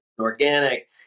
organic